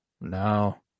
No